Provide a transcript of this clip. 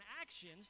actions